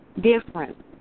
different